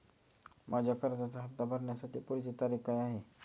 माझ्या कर्जाचा हफ्ता भरण्याची पुढची तारीख काय आहे?